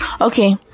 Okay